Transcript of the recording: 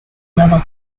level